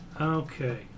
Okay